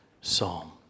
Psalm